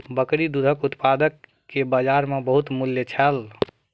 बकरी दूधक उत्पाद के बजार में बहुत मूल्य छल